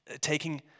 Taking